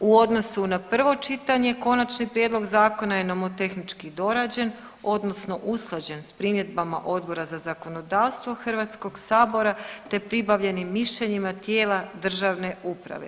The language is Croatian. U odnosu na prvo čitanje konačni prijedlog zakona je nomotehnički dorađen odnosno usklađen s primjedbama Odbora za zakonodavstvo HS, te pribavljenim mišljenjima tijela državne uprave.